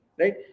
right